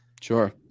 Sure